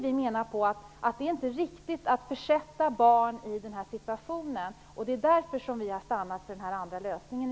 Vi menar att det inte är riktigt att försätta barn i den situationen. Det är därför som vi i stället har stannat för den andra lösningen.